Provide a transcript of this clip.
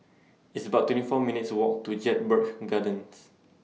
It's about twenty four minutes' Walk to Jedburgh Gardens